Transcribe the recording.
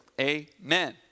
Amen